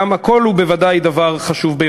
הכול בוודאי חשוב.